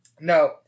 No